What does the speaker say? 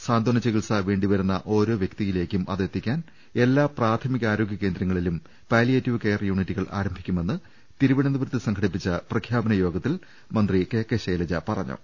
സാന്ത്രനചികിത്സ വേണ്ടിവരുന്ന ഓരോ വ്യക്തി യിലേക്കും അത് എത്തിക്കാൻ എല്ലാ പ്രാഥമിക്യാരോഗ്യകേന്ദ്രങ്ങ ളിലും പാലിയേറ്റീവ് കെയർ യൂണിറ്റുകൾ ആരംഭിക്കുമെന്ന് തിരു വനന്തപുരത്ത് സംഘടിപ്പിച്ച പ്രഖ്യാപ്പനി യോഗത്തിൽ മന്ത്രി കെ കെ ശൈലജ പറഞ്ഞു